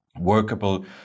workable